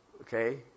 Okay